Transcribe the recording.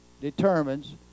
determines